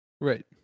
Right